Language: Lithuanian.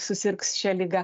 susirgs šia liga